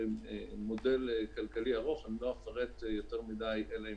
זה מודל כלכלי ארוך, אני לא אפרט יותר מדי, אלא אם